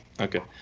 Okay